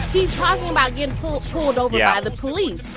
he's talking about get pulled over by the police.